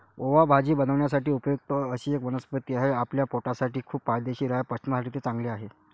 ओवा भाजी बनवण्यासाठी उपयुक्त अशी एक वनस्पती आहे, आपल्या पोटासाठी खूप फायदेशीर आहे, पचनासाठी ते चांगले आहे